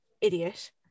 idiot